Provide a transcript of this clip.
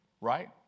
right